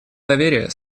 доверия